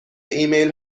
ایمیل